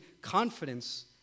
confidence